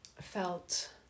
felt